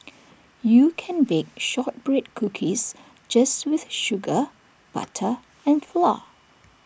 you can bake Shortbread Cookies just with sugar butter and flour